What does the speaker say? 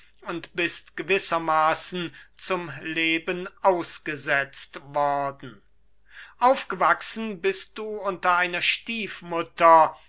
und bist gewissermaßen zum leben ausgesetzt worden aufgewachsen bist du unter einer stiefmutter